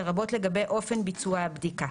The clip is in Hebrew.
לרבות לגבי אופן ביצוע הבדיקה,